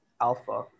alpha